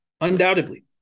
Undoubtedly